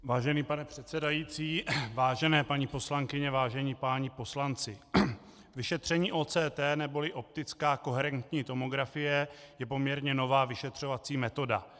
Vážený pane předsedající, vážené paní poslankyně, vážení páni poslanci, vyšetření OCT neboli optická koherentní tomografie je poměrně nová vyšetřovací metoda.